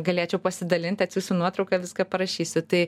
galėčiau pasidalint atsiųsiu nuotrauką viską parašysiu tai